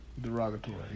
Derogatory